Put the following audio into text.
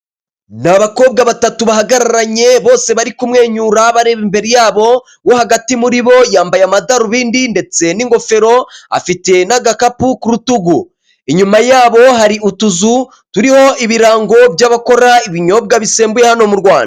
Ni abakobwa batatu bahagararanye bose bari kumwenyura bareba imbere yabo ,uwo hagati muri bo yambaye amadarubindi ndetse n'ingofero afite n'agakapu k'urutugu inyuma yabo hari utuzu turimo ibirango by'abakora ibinyobwa bisembuye hano mu Rwanda.